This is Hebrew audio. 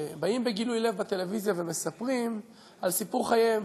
שבאים בגילוי לב ומספרים בטלוויזיה על סיפור חייהם: